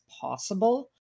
possible